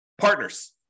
Partners